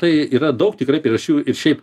tai yra daug tikrai priežasčių ir šiaip